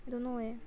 don't know eh